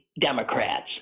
Democrats